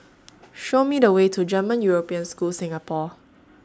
Show Me The Way to German European School Singapore